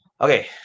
Okay